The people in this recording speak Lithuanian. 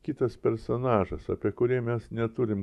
kitas personažas apie kurį mes neturim